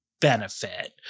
benefit